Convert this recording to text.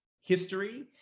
history